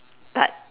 but